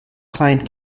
client